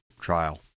trial